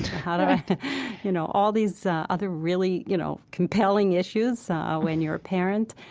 how do i you know, all these other really, you know, compelling issues when you're a parent.